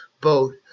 boat